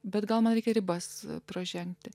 bet gal man reikia ribas pro žengti